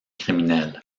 criminelle